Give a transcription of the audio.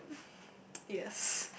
yes